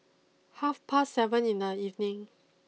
half past seven in the evening